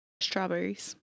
Strawberries